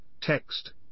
text